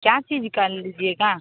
क्या चीज़ का लीजिएगा